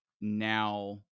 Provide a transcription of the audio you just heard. now